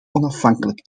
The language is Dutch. onafhankelijk